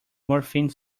morphine